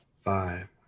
five